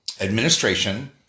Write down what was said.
administration